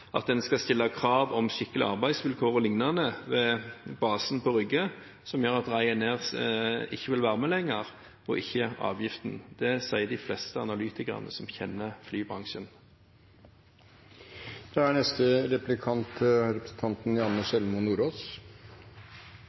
at en skal stille krav om skikkelige arbeidsvilkår og liknende ved basen på Rygge, at Ryanair ikke vil være med lenger – og ikke avgiften. Det sier de fleste analytikerne som kjenner